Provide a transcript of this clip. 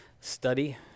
study